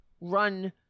run